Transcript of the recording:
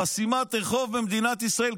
חסימת רחוב במדינת ישראל,